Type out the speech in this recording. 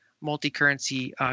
multi-currency